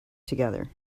together